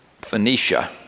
Phoenicia